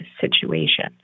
situation